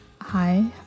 Hi